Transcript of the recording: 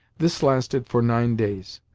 this lasted for nine days.